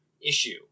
issue